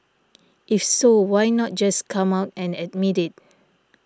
if so why not just come out and admit it